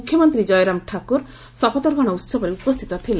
ମୁଖ୍ୟମନ୍ତ୍ରୀ ଜୟରାମ ଠାକୁର ଶପଥଗ୍ରହଣ ଉହବରେ ଉପସ୍ଥିତ ଥିଲେ